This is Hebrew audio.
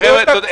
רגע, חבר'ה.